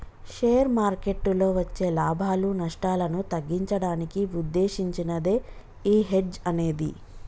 share మార్కెట్టులో వచ్చే లాభాలు, నష్టాలను తగ్గించడానికి వుద్దేశించినదే యీ హెడ్జ్ అనేది